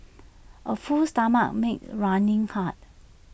A full stomach makes running hard